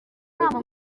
inama